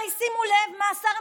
הרי שימו לב מה עשה גדעון סער,